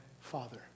father